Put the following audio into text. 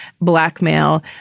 blackmail